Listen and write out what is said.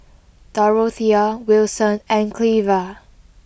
Dorothea Wilson and Cleva